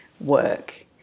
work